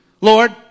Lord